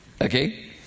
okay